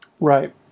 Right